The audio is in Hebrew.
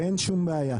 ואין שום בעיה.